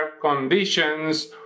conditions